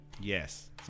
Yes